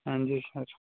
ਹਾਂਜੀ